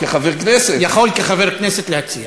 לכל מי שנוסע בכביש.